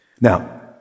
now